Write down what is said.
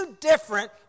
different